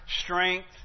strength